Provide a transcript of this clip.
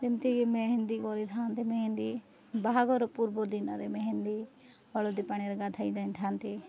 ଯେମିତିକି ମେହେନ୍ଦି କରିଥାନ୍ତି ମେହେନ୍ଦି ବାହାଘର ପୂର୍ବ ଦିନରେ ମେହେନ୍ଦି ହଳଦୀ ପାଣିରେ ଗାଧେଇ ଦେଇଥାନ୍ତି